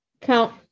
Count